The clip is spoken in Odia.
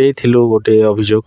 ଦେଇଥିଲୁ ଗୋଟେ ଅଭିଯୋଗ